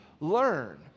learn